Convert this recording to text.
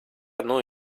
одну